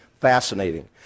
Fascinating